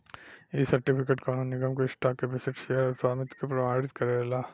इ सर्टिफिकेट कवनो निगम के स्टॉक के विशिष्ट शेयर के स्वामित्व के प्रमाणित करेला